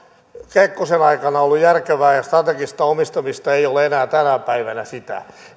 kekkosen aikana ollut järkevää ja strategista omistamista ei ole enää tänä päivänä sitä